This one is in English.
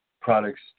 Products